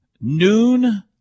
Noon